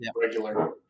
regular